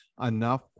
enough